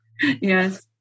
Yes